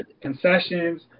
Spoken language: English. concessions